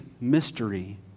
mystery